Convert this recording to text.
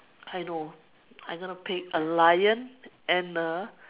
I know I'm gonna pick a lion and a